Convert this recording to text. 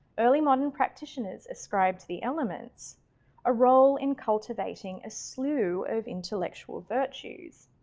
early modern practitioners ascribe to the elements a role in cultivating a slew of intellectual virtues.